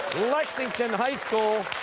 lexington high school,